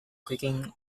cooking